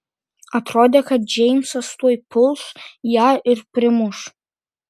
atrodė kad džeimsas tuoj puls ją ir primuš